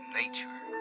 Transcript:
nature